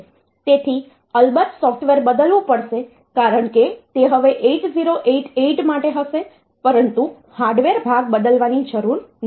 તેથી અલબત્ત સોફ્ટવેર બદલવું પડશે કારણ કે તે હવે 8088 માટે હશે પરંતુ હાર્ડવેર ભાગ બદલવાની જરૂર નથી